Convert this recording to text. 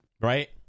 Right